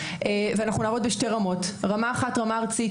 אנחנו נעבוד בשתי רמות, רמה אחת, רמה ארצית.